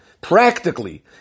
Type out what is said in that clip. practically